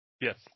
Yes